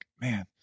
man